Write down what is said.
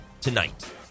tonight